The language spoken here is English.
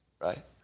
right